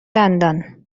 دندان